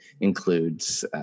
includes